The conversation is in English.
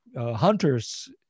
hunters